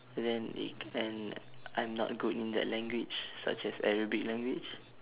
and then it and I'm not good in that language such as arabic language